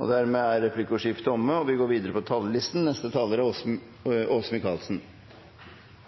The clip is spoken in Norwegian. Replikkordskiftet er omme.